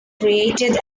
created